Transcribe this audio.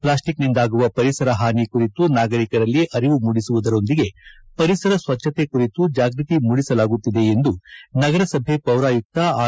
ಪ್ಲಾಸ್ಟಿಕ್ನಿಂದಾಗುವ ಪರಿಸರ ಹಾನಿ ಕುರಿತು ನಾಗರಿಕರಲ್ಲಿ ಅರಿವು ಮೂಡಿಸುವುದರೊಂದಿಗೆ ಪರಿಸರ ಸ್ವಚ್ವತೆ ಕುರಿತು ಜಾಗೃತಿ ಮೂಡಿಸಲಾಗುತ್ತಿದೆ ಎಂದು ನಗರಸಭೆ ಪೌರಾಯುಕ್ತ ಆರ್